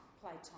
playtime